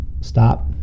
stop